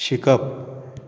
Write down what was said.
शिकप